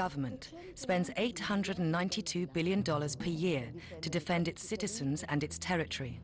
government spends eight hundred ninety two billion dollars per year to defend its citizens and its territory